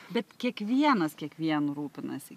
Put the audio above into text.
bet kiekvienas kiekvienu rūpinasi